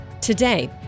Today